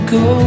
go